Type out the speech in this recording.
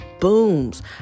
booms